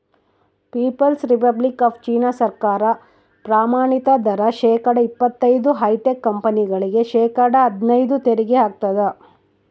people's republic of China ಸರ್ಕಾರ ಪ್ರಮಾಣಿತ ದರ ಶೇಕಡಾ ಇಪ್ಪತೈದು ಹೈಟೆಕ್ ಕಂಪನಿಗಳಿಗೆ ಶೇಕಡಾ ಹದ್ನೈದು ತೆರಿಗೆ ಹಾಕ್ತದ